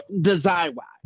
design-wise